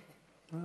גם